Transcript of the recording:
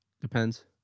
Depends